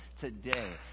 today